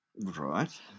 Right